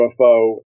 ufo